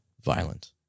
Violent